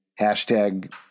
hashtag